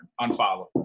unfollow